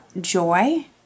joy